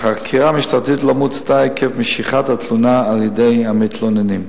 החקירה המשטרתית לא מוצתה עקב משיכת התלונה על-ידי המתלוננים.